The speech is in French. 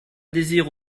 désire